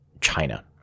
China